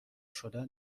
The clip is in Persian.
شدن